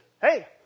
Hey